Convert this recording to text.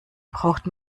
braucht